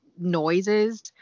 noises